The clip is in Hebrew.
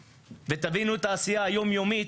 ותבינו את העשייה היום יומית,